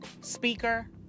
speaker